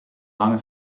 lange